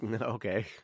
Okay